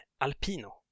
Alpino